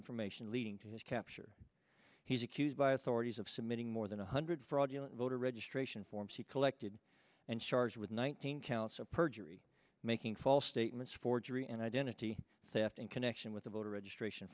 information into his capture he's accused by authorities of submitting more than one hundred fraudulent voter registration forms he collected and charged with nineteen counts of perjury making false statements forgery and identity theft in connection with the voter registration